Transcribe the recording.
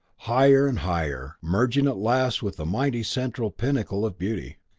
higher and higher, merging at last with the mighty central pinnacle of beauty.